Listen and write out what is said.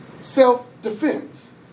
self-defense